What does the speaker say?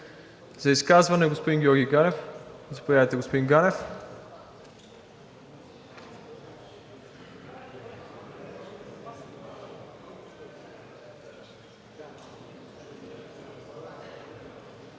За изказване – господин Георги Ганев. Заповядайте, господин Ганев.